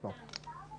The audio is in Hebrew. פה.